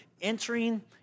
entering